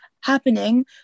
happening